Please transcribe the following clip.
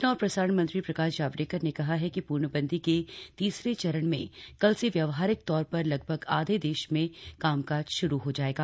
सूचना और प्रसारण मंत्री प्रकाश जावडेकर ने कहा है कि प्र्णबंदी के तीसरे चरण में कल से व्यावहारिक तौर पर लगभग आधे देश में काम काज श्रू हो जाएगा